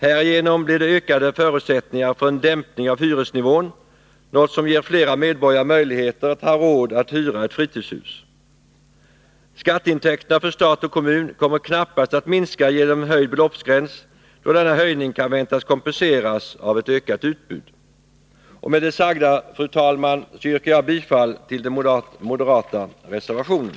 Härigenom blir det ökade förutsättningar för en dämpning av hyresnivån, något som ger fler medborgare möjlighet att hyra ett fritidshus. Skatteintäkterna för stat och kommun kommer knappast att minska till följd av en höjning av beloppsgränsen, då 79 denna höjning kan väntas kompenseras av ett ökat utbud. Med det sagda, fru talman, yrkar jag bifall till den moderata reservationen.